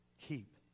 keep